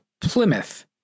Plymouth